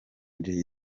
jay